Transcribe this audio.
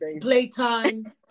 playtime